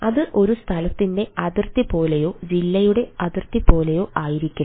അത് ഒരു സംസ്ഥാനത്തിന്റെ അതിർത്തി പോലെയോ ജില്ലയുടെ അതിർത്തി പോലെയോ ആയിരിക്കില്ല